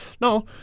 No